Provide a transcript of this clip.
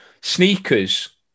Sneakers